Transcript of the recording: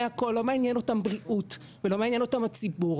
הכל לא מענין אותם בריאות ולא מעניין אותם הציבור,